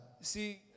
see